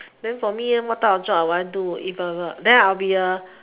then for me what type of job I want to do if then I'll be a